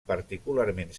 particularment